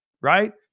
right